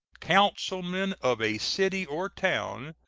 councilmen of a city or town,